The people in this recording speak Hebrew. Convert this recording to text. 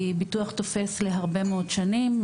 כי ביטוח תופס להרבה מאוד שנים.